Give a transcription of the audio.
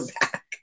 back